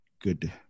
good